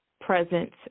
presence